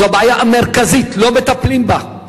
זו הבעיה המרכזית, ולא מטפלים בה.